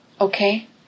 Okay